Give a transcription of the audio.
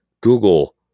Google